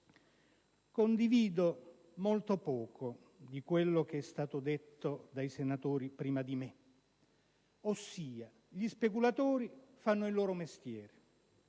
Condivido molto poco di quello che è stato detto dai senatori prima di me, ossia gli speculatori fanno il loro mestiere: